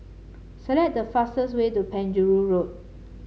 select the fastest way to Penjuru Road